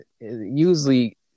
Usually